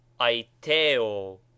Aiteo